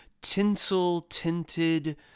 Tinsel-tinted